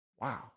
Wow